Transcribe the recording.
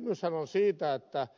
kysymyshän on siitä että